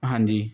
ਹਾਂਜੀ